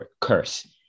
Curse